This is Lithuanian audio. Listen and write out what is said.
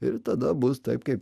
ir tada bus taip kaip